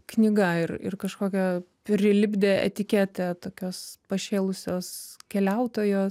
knyga ir ir kažkokią prilipdė etiketę tokios pašėlusios keliautojos